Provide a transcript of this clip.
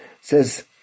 says